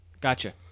gotcha